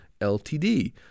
LTD